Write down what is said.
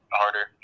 harder